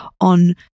on